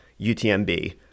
UTMB